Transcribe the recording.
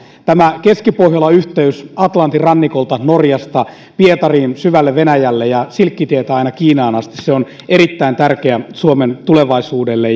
tämä keskipohjola yhteys atlantin rannikolta norjasta pietariin syvälle venäjälle ja silkkitietä aina kiinaan asti on erittäin tärkeä suomen tulevaisuudelle